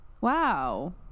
Wow